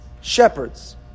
Shepherds